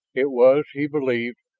it was, he believed,